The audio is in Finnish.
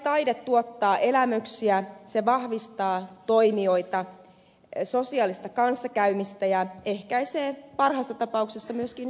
taide tuottaa elämyksiä se vahvistaa toimijoita sosiaalista kanssakäymistä ja ehkäisee parhaassa tapauksessa myöskin syrjintää